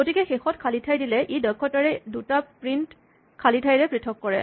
গতিকে শেষত খালী ঠাই দিলে ই দক্ষতাৰে ই দুটা প্ৰিন্ট খালী ঠাইৰে পৃথক কৰে